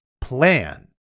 plan